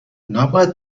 نباید